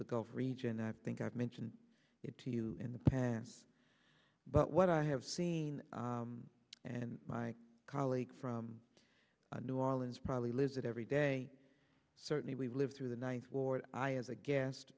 the gulf region i think i've mentioned it to you in the past but what i have seen and my colleague from new orleans probably lives it every day certainly we lived through the ninth ward i as a guest